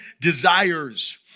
desires